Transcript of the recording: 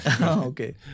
Okay